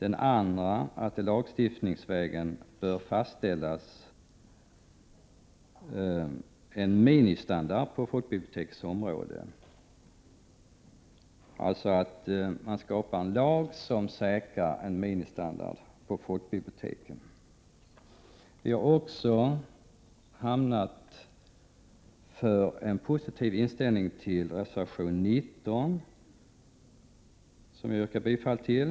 I reservation 28 säger vi att en minimistandard på folkbibliotekens område bör fastställas lagstiftningsvägen. Det behövs alltså en lag som säkrar en minimistandard när det gäller folkbiblioteken. Vidare har vi en positiv inställning till reservation 15 av vpk, vilken jag yrkar bifall till.